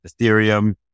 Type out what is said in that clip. Ethereum